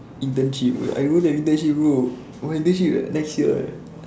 internship I don't have internship bro my internship next year eh